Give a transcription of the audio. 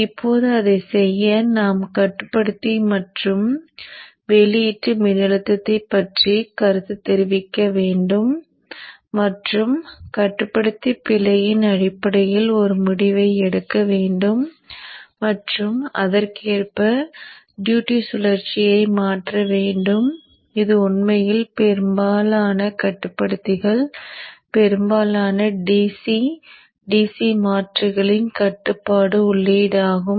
இப்போது அதைச் செய்ய நாம் கட்டுப்படுத்தி மற்றும் வெளியீட்டு மின்னழுத்தத்தைப் பற்றி கருத்து தெரிவிக்க வேண்டும் மற்றும் கட்டுப்படுத்தி பிழையின் அடிப்படையில் ஒரு முடிவை எடுக்க வேண்டும் மற்றும் அதற்கேற்ப டியூட்டி சுழற்சியை மாற்ற வேண்டும் இது உண்மையில் பெரும்பாலான கட்டுப்படுத்திகள் பெரும்பாலான DC DC மாற்றிகளின் கட்டுப்பாட்டு உள்ளீடாகும்